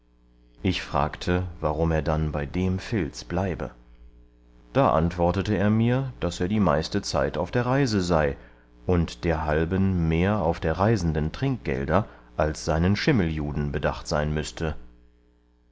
ich fragte warum er dann bei dem filz bleibe da antwortete er mir daß er die meiste zeit auf der reise sei und derhalben mehr auf der reisenden trinkgelder als seinen schimmeljuden bedacht sein müßte